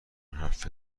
حرف